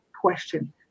question